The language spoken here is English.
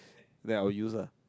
then I will use lah